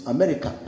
America